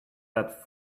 that